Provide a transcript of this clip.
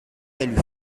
allée